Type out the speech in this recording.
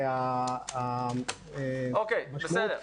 והמשמעות אם אנחנו לא יכולים להיכנס למעבדות היא,